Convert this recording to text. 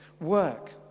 work